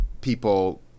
people